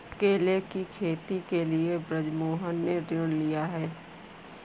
केले की खेती के लिए बृजमोहन ने ऋण लिया है